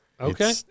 Okay